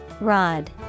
Rod